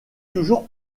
toujours